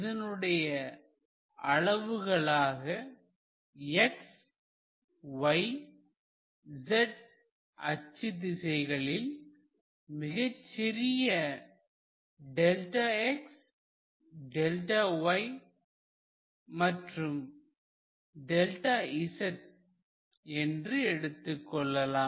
இதனுடைய அளவுகளாக xyz அச்சு திசைகளில் மிகச்சிறியதாக Δx Δy மற்றும் Δz என்று எடுத்துக்கொள்ளலாம்